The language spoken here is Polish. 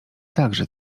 także